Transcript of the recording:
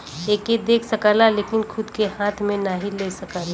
एके देख सकला लेकिन खूद के हाथ मे नाही ले सकला